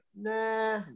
nah